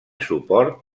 suport